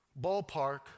ballpark